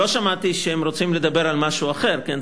לא שמעתי שהם רוצים לדבר על משהו אחר, כן?